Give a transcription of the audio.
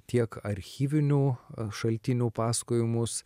tiek archyvinių šaltinių pasakojimus